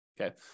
okay